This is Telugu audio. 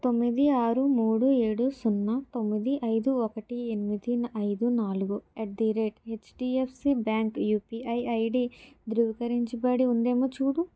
తొమ్మిది ఆరు మూడు ఏడు సున్నా తొమ్మిది ఐదు ఒకటి ఎనిమిది ఐదు నాలుగు at the rate HDFC bank UPI ID దృవీకరించబడి ఉందేమో చూడు